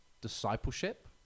discipleship